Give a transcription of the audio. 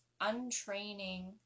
untraining